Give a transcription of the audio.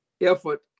effort